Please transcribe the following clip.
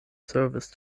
service